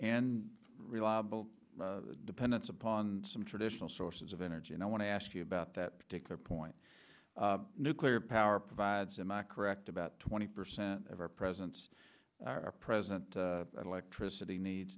and reliable dependence upon some traditional sources of energy and i want to ask you about that particular point nuclear power provides am i correct about twenty percent of our presidents our president electricity needs